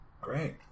Great